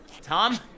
Tom